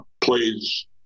plays